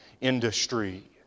industry